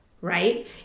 right